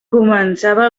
començava